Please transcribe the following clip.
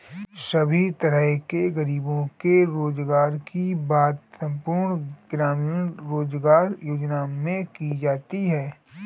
सभी तरह के गरीबों के रोजगार की बात संपूर्ण ग्रामीण रोजगार योजना में की जाती है